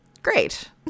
Great